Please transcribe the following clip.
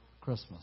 Christmas